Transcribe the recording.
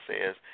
says